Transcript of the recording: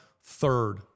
third